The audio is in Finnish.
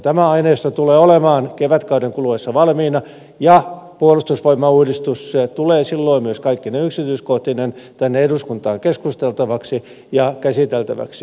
tämä aineisto tulee olemaan kevätkauden kuluessa valmiina ja puolustusvoimauudistus tulee silloin myös kaikkine yksityiskohtineen tänne eduskuntaan keskusteltavaksi ja käsiteltäväksi